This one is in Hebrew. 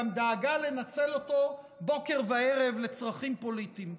גם דאגה לנצל אותו בוקר וערב לצרכים פוליטיים.